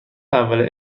اول